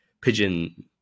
pigeon